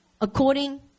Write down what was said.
According